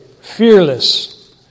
Fearless